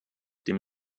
dem